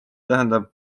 tähendab